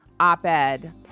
op-ed